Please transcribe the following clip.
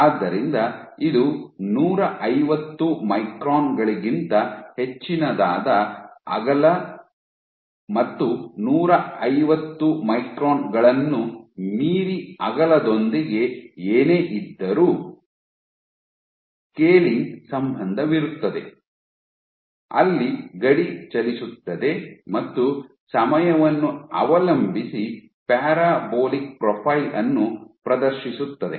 ಆದ್ದರಿಂದ ಇದು ನೂರ ಐವತ್ತು ಮೈಕ್ರಾನ್ ಗಳಿಗಿಂತ ಹೆಚ್ಚಿನದಾದ ಅಗಲ ಮತ್ತು ನೂರ ಐವತ್ತು ಮೈಕ್ರಾನ್ ಗಳನ್ನು ಮೀರಿ ಅಗಲದೊಂದಿಗೆ ಏನೇ ಇದ್ದರು ಸ್ಕೇಲಿಂಗ್ ಸಂಬಂಧವಿರುತ್ತದೆ ಅಲ್ಲಿ ಗಡಿ ಚಲಿಸುತ್ತದೆ ಮತ್ತು ಸಮಯವನ್ನು ಅವಲಂಬಿಸಿ ಪ್ಯಾರಾಬೋಲಿಕ್ ಪ್ರೊಫೈಲ್ ಅನ್ನು ಪ್ರದರ್ಶಿಸುತ್ತದೆ